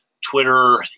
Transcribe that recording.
Twitter